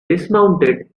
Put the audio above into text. dismounted